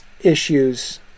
issues